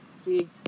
see